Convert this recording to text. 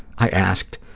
i asked,